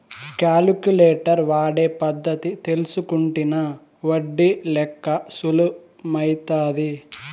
calculator వాడే పద్ధతి తెల్సుకుంటినా ఒడ్డి లెక్క సులుమైతాది